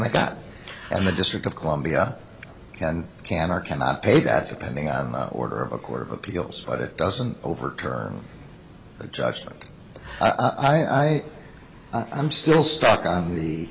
they got and the district of columbia can can or cannot pay that depending on the order of a court of appeals but it doesn't overturn it just like i i i'm still stuck on the